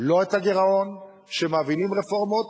לא את הגירעון, שמובילים רפורמות.